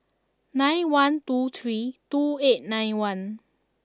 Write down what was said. nine one two three two eight nine one